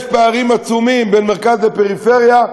יש פערים עצומים בין המרכז לפריפריה,